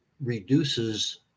reduces